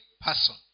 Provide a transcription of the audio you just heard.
person